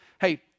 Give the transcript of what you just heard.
Hey